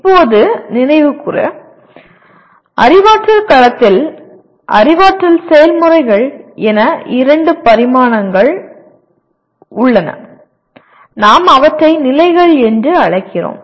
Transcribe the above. இப்போது நினைவு கூற அறிவாற்றல் களத்தில் அறிவாற்றல் செயல்முறைகள் என இரண்டு பரிமாணங்கள் உள்ளன நாம் அவற்றை நிலைகள் என்றும் அழைக்கிறோம்